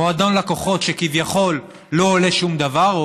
מועדון לקוחות שכביכול לא עולה שום דבר,